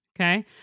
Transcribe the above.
Okay